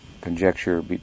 conjecture